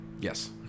Yes